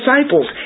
disciples